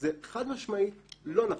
זה חד משמעית לא נכון.